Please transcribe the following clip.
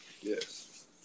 yes